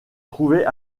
trouvait